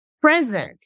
present